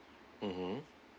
mmhmm